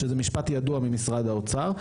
שזה משפט ידוע ממשרד האוצר,